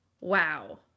Wow